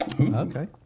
Okay